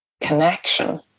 connection